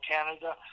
Canada